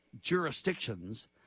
jurisdictions